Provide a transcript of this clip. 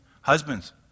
Husbands